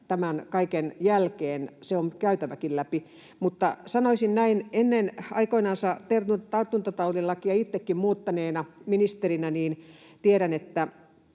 tämän kaiken jälkeen se on käytäväkin läpi. Mutta sanoisin näin, että ennen aikoinansa tartuntatautilakia itsekin muuttaneena ministerinä tiedän, että